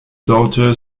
daughter